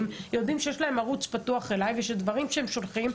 יודעים שיש להם ערוץ פתוח אליי ושדברים שהם שולחים,